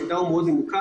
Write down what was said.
כי המידע הוא מאוד ממוקד,